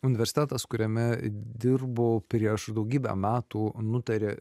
universitetas kuriame dirbau prieš daugybę metų nutarė